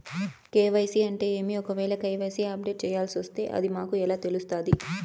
KYC అంటే ఏమి? ఒకవేల కె.వై.సి అప్డేట్ చేయాల్సొస్తే అది మాకు ఎలా తెలుస్తాది?